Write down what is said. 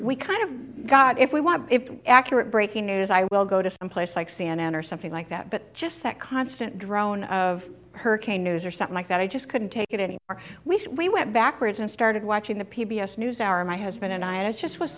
we kind of got if we want it accurate breaking news i will go to some place like c n n or something like that but just that constant drone of hurricane news or something like that i just couldn't take it any more we should we went backwards and started watching the p b s news hour my husband and i and it just was